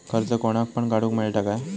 कर्ज कोणाक पण काडूक मेलता काय?